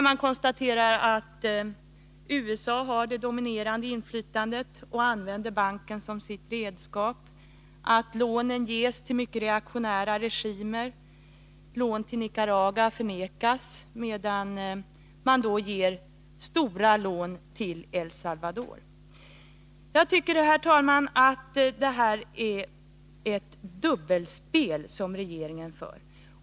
Man konstaterar att USA har det dominerande inflytandet och att USA Z ä ä rd a 1 använder banken som sitt redskap. Det lämnas lån till mycket reaktionära regimer. Lån till Nicaragua förvägras, medan man beviljar El Salvador stora lån. Jag tycker, herr talman, att regeringen gör sig skyldig till ett dubbelspel.